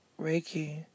Reiki